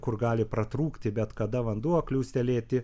kur gali pratrūkti bet kada vanduo kliūstelėti